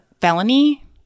felony